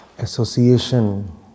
association